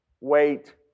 Wait